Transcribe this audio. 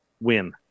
Win